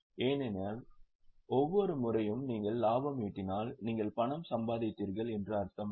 ஏனென்றால் ஒவ்வொரு முறையும் நீங்கள் லாபம் ஈட்டினால் நீங்கள் பணம் சம்பாதித்தீர்கள் என்று அர்த்தமல்ல